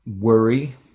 worry